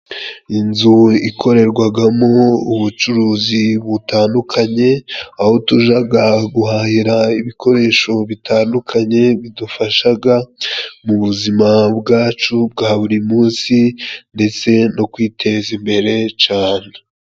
Inzu ikorerwagamo ubucuruzi butandukanye, aho tujaga guhahira ibikoresho bitandukanye bidufashaga mu buzima bwacu bwa buri munsi, ndetse no kwiteza imbere cane.